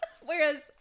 Whereas